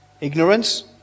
Ignorance